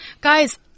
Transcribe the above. Guys